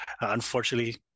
Unfortunately